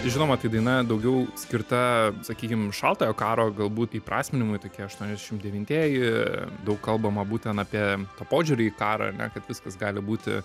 žinoma tai daina daugiau skirta sakykim šaltojo karo galbūt įprasminimui tokie aštuoniasdešimt devintieji daug kalbama būtent apie tą požiūrį į karą ar ne kad viskas gali būti